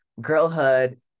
girlhood